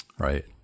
Right